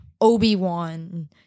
Obi-Wan